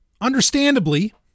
understandably